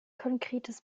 konkretes